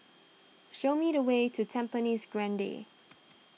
show me the way to Tampines Grande